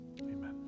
Amen